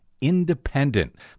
independent